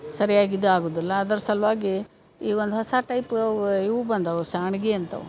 ಸರಿಯಾಗಿ ಇದು ಆಗುದಿಲ್ಲ ಅದ್ರ ಸಲ್ವಾಗಿ ಈಗೊಂದು ಹೊಸ ಟೈಪ್ ಅವು ಇವು ಬಂದವು ಸಾನ್ಗಿಯಂತವು